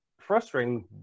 frustrating